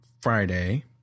Friday